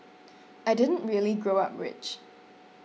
I didn't really grow up rich